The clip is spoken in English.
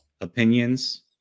opinions